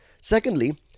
Secondly